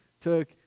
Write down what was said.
took